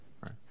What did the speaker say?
right